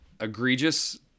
egregious